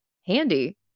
handy